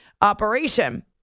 operation